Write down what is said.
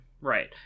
right